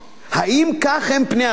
האם אלה הם פני הדברים,